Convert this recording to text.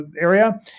area